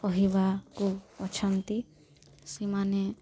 କହିବାକୁ ଅଛନ୍ତି ସେମାନେ